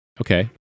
Okay